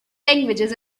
languages